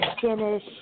finish